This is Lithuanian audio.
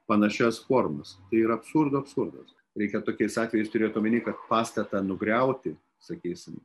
panašias formas tai yra absurdų absurdas reikia tokiais atvejais turėt omeny kad pastatą nugriauti sakysim